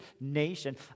nation